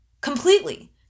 completely